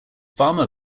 farmer